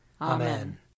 Amen